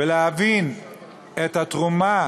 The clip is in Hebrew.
ולהבין את התרומה